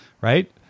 right